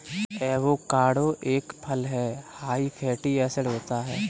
avocado एक फल हैं हाई फैटी एसिड होता है